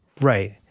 Right